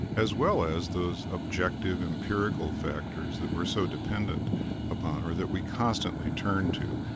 as well as those objective empirical factors that we're so dependent upon or that we constantly turn to.